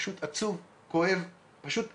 פשוט עצוב, כואב, פשוט אסון.